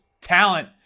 talent